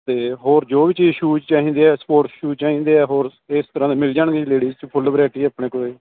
ਅਤੇ ਹੋਰ ਜੋ ਵੀ ਚੀਜ਼ ਸ਼ੂਜ਼ ਚਾਹੀਦੇ ਆ ਸਪੋਰਟ ਸ਼ੂਜ ਚਾਹੀਦੇ ਆ ਹੋਰ ਇਸ ਤਰ੍ਹਾਂ ਦੇ ਮਿਲ ਜਾਣਗੇ ਜੀ ਲੇਡੀਜ਼ 'ਚ ਫੁੱਲ ਵਰੈਟੀ ਅ ਆਪਣੇ ਕੋਲ